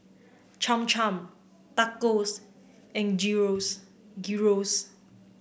Cham Cham Tacos and